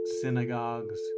synagogues